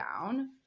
down